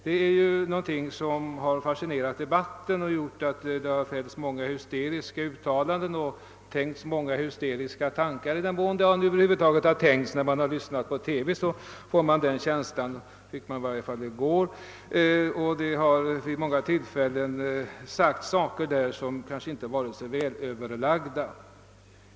Det är ju någonting som har fascinerat dem som deltagit i bostadsdebatten; det har fällts många hysteriska uttalanden och tänkts många hysteriska tankar i den mån det över huvud taget har tänkts. När man har lyssnat på TV får man den känslan, i varje fall fick jag det i går, att det vid många tillfällen sagts saker där, som kanske inte varit så väl överlagda.